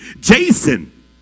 Jason